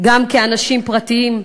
גם כאנשים פרטיים,